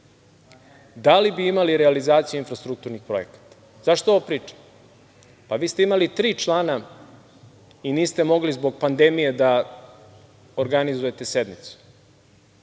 da li bi imali realizaciju infrastrukturnih projekata? Zašto ovo pričam? Pa, vi ste imali tri člana i niste mogli zbog pandemije da organizujete sednicu,